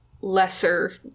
lesser